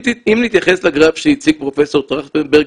אם נתייחס לגרף שהציג פרופ' טרכטנברג,